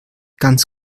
ganz